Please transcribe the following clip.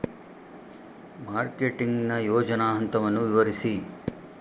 Marketing ನ ಯೋಜನಾ ಹಂತವನ್ನು ವಿವರಿಸಿ?